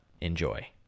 Enjoy